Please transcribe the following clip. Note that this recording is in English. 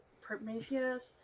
Prometheus